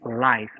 life